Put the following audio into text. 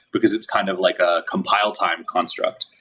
because it's kind of like a compile time construct.